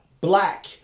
black